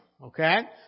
Okay